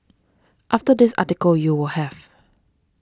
after this article you will have